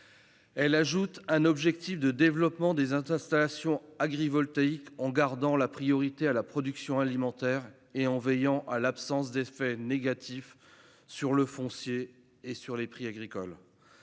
crée d'abord un objectif de développement des installations agrivoltaïques, en réservant la priorité à la production alimentaire et en veillant à l'absence d'effets négatifs sur le foncier et sur les prix agricoles.